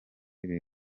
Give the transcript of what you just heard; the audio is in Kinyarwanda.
iri